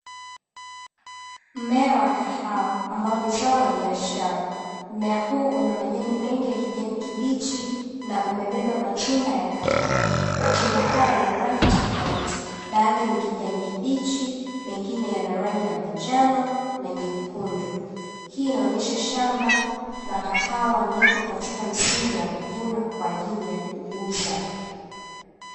Mmea wa kahawa ambao ni zao la biashara. ,mea huu una majani mengi ya kijani kibichi na umebeba matunda ya kahawa. Matunda haya yana rangi tofauti, baadhi ni kijani kibichi na mengine yana rangi ya manjano na nyekundu. Hii inaonyesha shamba la kahawa liko katika msimu wa kuvuna kwa ajili ya kuuza.